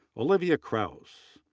olivia crouse,